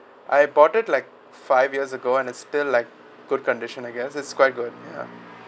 I bought it like five years ago and it still like good condition I guess it's quite good ya